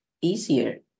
easier